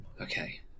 Okay